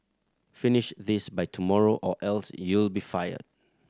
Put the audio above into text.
finish this by tomorrow or else you'll be fired